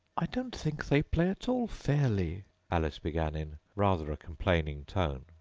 i don't think they play at all fairly alice began, in rather a complaining tone,